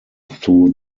through